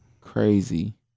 Crazy